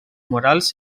morals